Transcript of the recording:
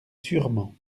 sûrement